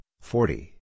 forty